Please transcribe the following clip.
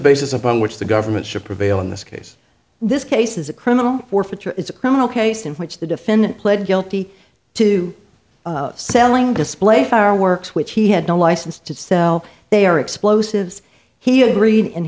basis upon which the government should prevail in this case this case is a criminal forfeiture it's a criminal case in which the defendant pled guilty to selling display fireworks which he had no license to sell they are explosives he agreed